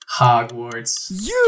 hogwarts